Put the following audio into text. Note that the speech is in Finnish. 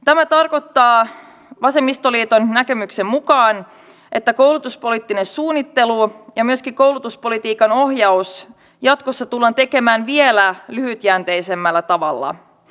tämä tarkoittaa vasemmistoliiton näkemyksen mukaan että koulutuspoliittinen suunnittelu ja myöskin koulutuspolitiikan ohjaus tullaan jatkossa tekemään vielä lyhytjänteisemmällä tavalla